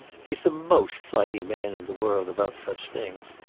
he's the most flighty man in the world about such things.